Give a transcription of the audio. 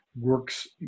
works